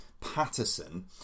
Patterson